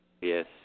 Yes